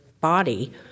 body